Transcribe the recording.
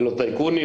לא טייקונים,